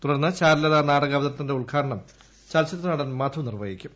തുടർന്ന് ചാരുലത നാടക അവതരണത്തിന്റെ ഉദ്ഘാടനം ചലച്ചിത്ര നടൻ മധു നിർവഹിക്കും